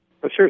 Sure